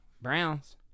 Browns